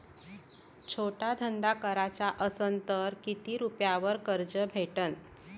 छोटा धंदा कराचा असन तर किती रुप्यावर कर्ज भेटन?